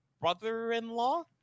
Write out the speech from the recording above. brother-in-law